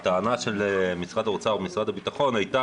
הטענה של משרד הביטחון ומשרד האוצר הייתה